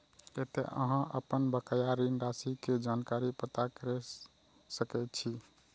एतय अहां अपन बकाया ऋण राशि के जानकारी पता कैर सकै छी